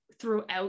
throughout